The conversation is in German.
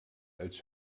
als